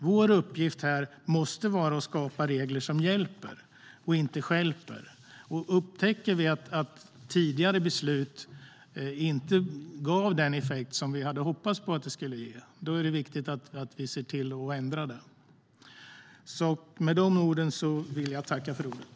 Vår uppgift måste vara att skapa regler som hjälper och inte stjälper. Upptäcker vi att tidigare beslut inte givit den effekt vi hade hoppats på är det viktigt att vi ser till att ändra på det.